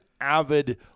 avid